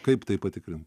kaip tai patikrint